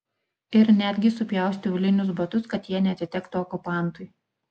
ir netgi supjaustė aulinius batus kad jie neatitektų okupantui